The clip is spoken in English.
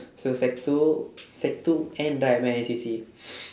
so sec two sec two end then I went N_C_C